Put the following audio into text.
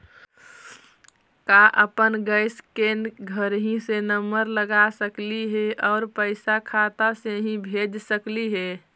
का अपन गैस के घरही से नम्बर लगा सकली हे और पैसा खाता से ही भेज सकली हे?